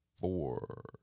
four